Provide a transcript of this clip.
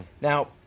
Now